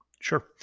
Sure